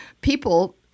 people